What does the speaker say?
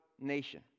nation